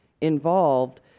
involved